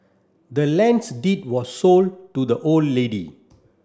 the land's deed was sold to the old lady